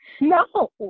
No